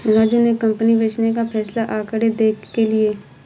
राजू ने कंपनी बेचने का फैसला आंकड़े देख के लिए